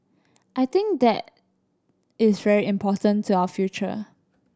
I think that is very important to our future